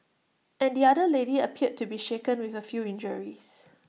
and the other lady appeared to be shaken with A few injuries